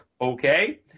Okay